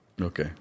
Okay